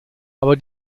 aber